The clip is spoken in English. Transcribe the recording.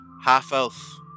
half-elf